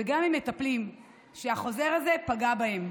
וגם ממטפלים שהחוזר הזה פגע בהם.